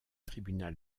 tribunal